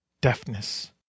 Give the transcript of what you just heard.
Deafness